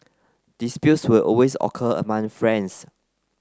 disputes will always occur among friends